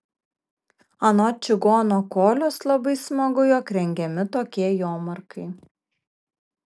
anot čigono kolios labai smagu jog rengiami tokie jomarkai